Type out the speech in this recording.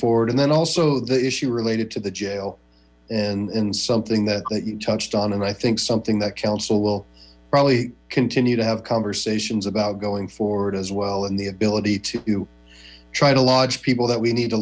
forward and then also the issue related to the jail and something that that you've touched on and i think something that council will probably continue to have conversation about going forward as well and the ability to try to lodge people that we need